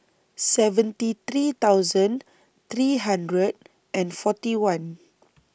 seventy three thousand three hundred and forty one